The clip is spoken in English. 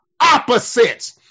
opposites